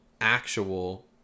actual